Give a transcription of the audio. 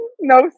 No